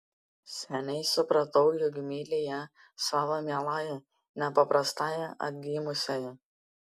seniai supratau jog myli ją savo mieląją nepaprastąją atgimusiąją